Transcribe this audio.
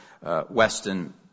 Weston